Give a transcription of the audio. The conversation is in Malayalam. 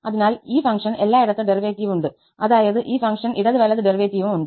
അതിനാൽ ഈ ഫംഗ്ഷന് എല്ലായിടത്തും ഡെറിവേറ്റീവ് ഉണ്ട് അതായത് ഈ ഫംഗ്ഷന് ഇടത് വലത് ഡെറിവേറ്റീവും ഉണ്ട്